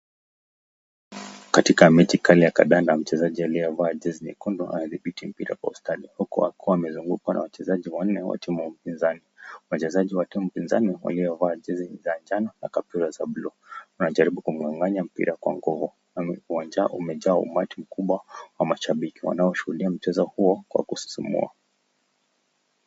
Katika mechi kali ya kadanda mchezaji aliyevaa jezi nyekundu anadhibiti mpira kwa ustadi. Huku akiwa amezungukwa na wachezaji wanne wote wapinzani. Wachezaji wa timu pinzani waliovaa jezi za njano na kaptula za buluu. Wanajaribu kumng'ang'anya mpira kwa nguvu. Uwanja umejaa umati mkubwa wa mashabiki wanaoshuhudia mchezo huo kwa kusisimua.